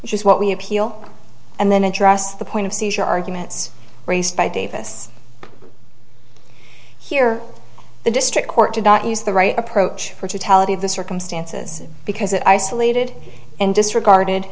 which is what we appeal and then address the point of seizure arguments raised by davis here the district court did not use the right approach or to tell it in the circumstances because it isolated and disregarded